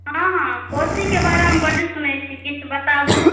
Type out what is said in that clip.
हॅं हॅं कोशीके बारेमे बड सुनै छी किछु बताबु